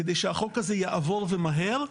כדי שהחוק הזה יעבור ומהר,